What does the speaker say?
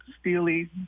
steely